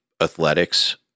athletics